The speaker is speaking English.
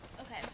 Okay